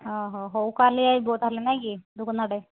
ଅ ହ ହଉ କାଲି ଆସିବ ତାହେଲେ ନାଇଁ କି ଦୋକାନ ଆଡ଼େ